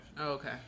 Okay